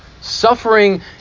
suffering